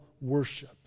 worship